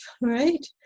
right